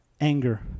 anger